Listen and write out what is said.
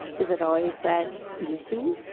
is it always that easy?